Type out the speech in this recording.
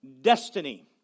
destiny